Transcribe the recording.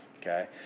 Okay